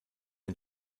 ein